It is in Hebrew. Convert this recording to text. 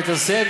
וביתר שאת,